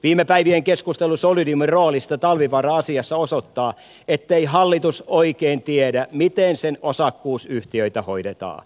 viime päivien keskustelu solidiumin roolista talvivaara asiassa osoittaa ettei hallitus oikein tiedä miten sen osakkuusyhtiöitä hoidetaan